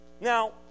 Now